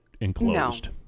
enclosed